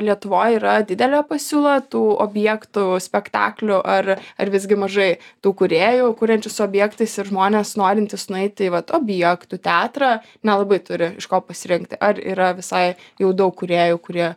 lietuvoj yra didelė pasiūla tų objektų spektaklių ar ar visgi mažai tų kūrėjų kuriančius objektais ir žmonės norintys nueiti į vat objektų teatrą nelabai turi iš ko pasirinkti ar yra visai jau daug kūrėjų kurie